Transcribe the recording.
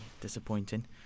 disappointing